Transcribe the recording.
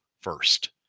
first